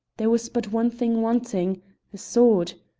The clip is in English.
there was but one thing wanting a sword!